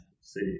see